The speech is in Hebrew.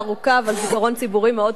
אבל עם זיכרון ציבורי מאוד קצר.